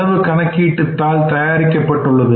செலவு கணக்கீட்டு தாள் தயாரிக்கப்பட்டுள்ளது